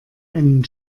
einen